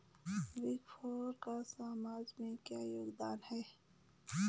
Big four का समाज में क्या योगदान है?